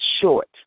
short